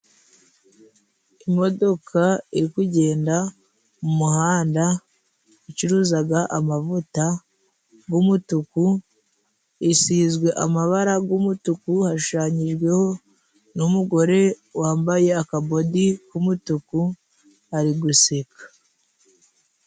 Imodoka iri kugenda mu muhanda icuruzaga amavuta g'umutuku, isizwe amabara g'umutuku, hashushanyijweho n'umugore wambaye akabodi k'umutuku ari guseka.